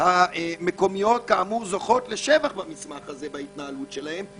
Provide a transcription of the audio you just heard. המקומיות כאמור זוכות לשבח במסמך הזה בהתנהלות שלהן.